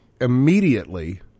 immediately